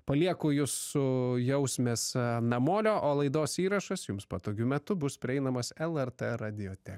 palieku jus su jausmės a namolio o laidos įrašas jums patogiu metu bus prieinamas lrt radijotekoj